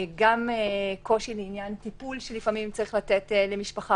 גם קושי בטיפול שלפעמים צריך לתת למשפחה